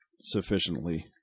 sufficiently